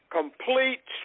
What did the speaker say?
complete